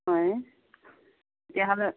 হয় তেতিয়াহ'লে